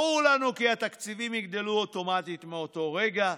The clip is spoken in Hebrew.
ברור לנו כי התקציבים יגדלו אוטומטית מאותו רגע,